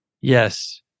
Yes